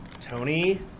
Tony